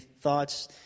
thoughts